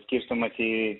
skirstomas į